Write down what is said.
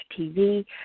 TV